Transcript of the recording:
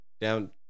down